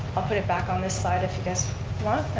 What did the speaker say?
i'll put it back on this slide if you guys want.